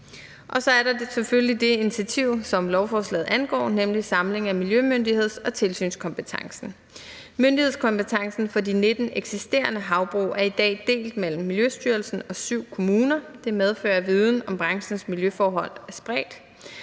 Og så er der selvfølgelig det initiativ, som lovforslaget angår, nemlig samling af miljømyndigheds- og tilsynskompetencen. Myndighedskompetencen for de 19 eksisterende havbrug er i dag delt mellem Miljøstyrelsen og 7 kommuner. Det medfører, at viden om branchens miljøforhold er spredt.